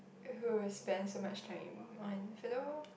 who will spend so much time on philo